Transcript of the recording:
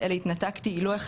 אני רוצה להגיד,